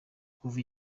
kuva